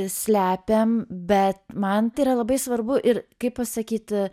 slepiam bet man tai yra labai svarbu ir kaip pasakyt